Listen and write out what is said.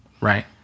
right